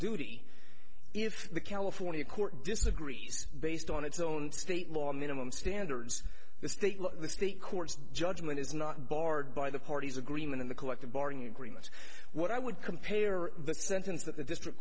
duty if the california court disagrees based on its own state law minimum standards the state law the state court's judgment is not barred by the parties agreement in the collective bargaining agreement what i would compare the sentence that the district